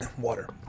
Water